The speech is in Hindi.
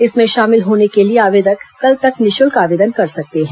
इसमें शामिल होने के लिए आवेदक कल तक निःशुल्क आवेदन कर सकते हैं